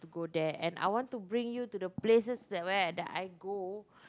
go there and I want to bring you to the places the where that I go